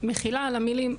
מחילה על המילים,